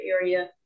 area